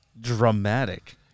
dramatic